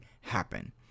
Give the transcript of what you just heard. happen